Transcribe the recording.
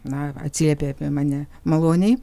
na atsiliepė apie mane maloniai